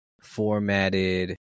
Formatted